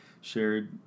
shared